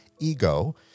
ego